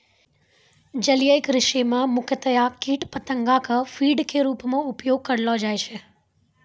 जलीय कृषि मॅ मुख्यतया कीट पतंगा कॅ फीड के रूप मॅ उपयोग करलो जाय छै